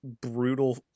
brutal